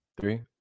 three